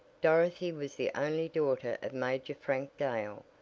dorothy was the only daughter of major frank dale,